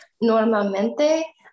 Normalmente